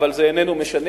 אבל זה איננו משנה.